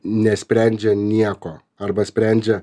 nesprendžia nieko arba sprendžia